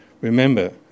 remember